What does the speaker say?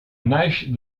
naix